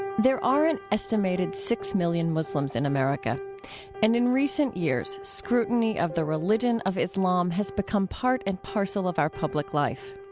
there are an estimated six million muslims in america and in recent years scrutiny of the religion of islam has become part and parcel of our public life.